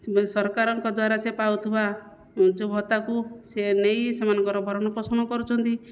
ସରକାରଙ୍କ ଦ୍ୱାରା ସେ ପାଉଥିବା ଯେଉଁ ଭତ୍ତାକୁ ସିଏ ନେଇ ସେମାନଙ୍କର ଭରଣପୋଷଣ କରୁଛନ୍ତି